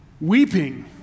weeping